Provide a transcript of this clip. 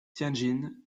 tianjin